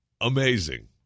Amazing